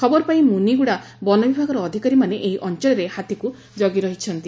ଖବରପାଇ ମୁନିଗୁଡ଼ା ବନବିଭାଗର ଅଧିକାରୀମାନେ ଏହି ଅଞ୍ଞଳରେ ହାତୀକୁ ଜଗି ରହିଛନ୍ତି